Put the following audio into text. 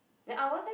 then ours leh